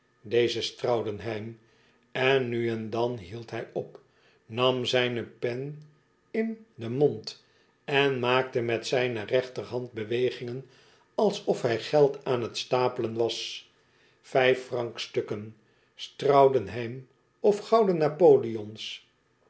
deze straudenheim en nu en dan hield hij op nam zijne pen in den mond en maakte met zijne rechterhand bewegingen alsof hij geld aan t stapelen was vijffr ankstukken straudenheim of gouden napoleons